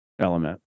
element